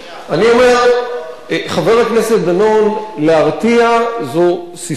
אני אומר, חבר הכנסת דנון, להרתיע זו ססמה.